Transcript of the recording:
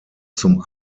zum